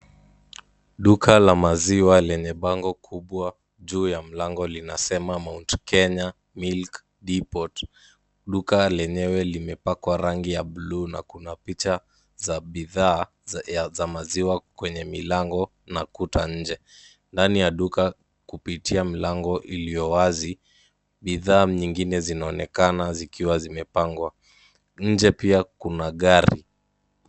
Duka la Maziwa lenye bango kubwa juu ya mlango linasema "Mount Kenya Milk Depot" , duka lenyewe limepakwa rangi ya bluu na kunapita za bidhaa za maziwa kwenye milango na kuta nje. Ndani ya duka kupitia mlango iliyo wazi ,bidhaa nyingine zinaonekana zikiwa zimepangwa nje pia kuna gari.